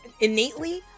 innately